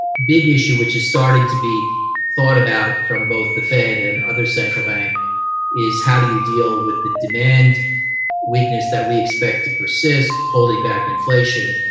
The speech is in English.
big issue which is starting to be thought about from both the fed and other central banks is how do you deal with the demand weakness that we expect to persist, holding back inflation,